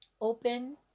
open